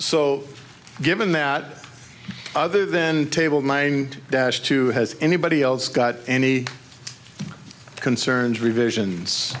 so given that other then table my dash to has anybody else got any concerns revisions